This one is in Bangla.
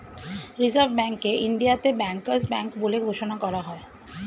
রিসার্ভ ব্যাঙ্ককে ইন্ডিয়াতে ব্যাংকার্স ব্যাঙ্ক বলে ঘোষণা করা হয়